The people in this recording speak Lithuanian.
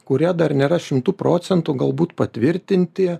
kurie dar nėra šimtu procentų galbūt patvirtinti